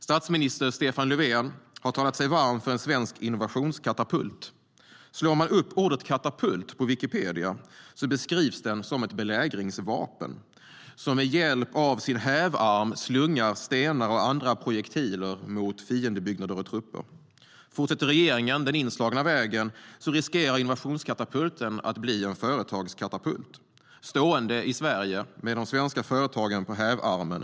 Statsminister Stefan Löfven har talat sig varm för en svensk innovationskatapult. Man kan slå upp ordet katapult i Wikipedia. Det beskrivs som ett belägringsvapen som med hjälp av sin hävarm slungar stenar och andra projektiler mot fiendebyggnader och trupper. Fortsätter regeringen på den inslagna vägen riskerar innovationskatapulten att blir en företagskatapult, stående i Sverige med de svenska företagen på hävarmen.